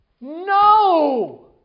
no